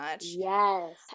yes